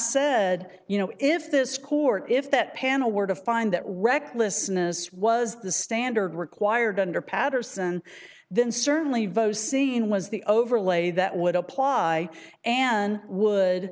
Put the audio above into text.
said you know if this court if that panel were to find that recklessness was the standard required under paterson then certainly vote seeing was the overlay that would apply and would